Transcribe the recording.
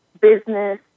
business